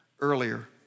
earlier